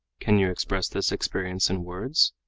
can you express this experience in words?